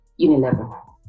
Unilever